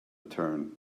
turn